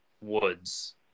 Woods